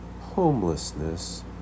homelessness